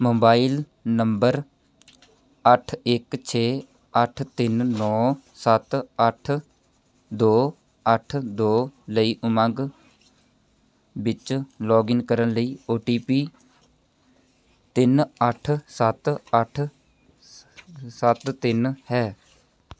mobile number ਅੱਠ ਇੱਕ ਛੇ ਅੱਠ ਤਿੰਨ ਨੌ ਸੱਤ ਅੱਠ ਦੋ ਅੱਠ ਦੋ ਲਈ ਉਮੰਗ ਵਿੱਚ ਲੌਗਇਨ ਕਰਨ ਲਈ ਓ ਟੀ ਪੀ ਤਿੰਨ ਅੱਠ ਸੱਤ ਅੱਠ ਸ ਸੱਤ ਤਿੰਨ ਹੈ